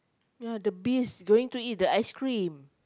ya the beast going to eat the ice cream